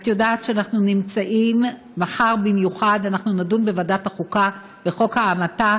את יודעת מחר במיוחד אנחנו נדון בוועדת החוקה בחוק ההמתה,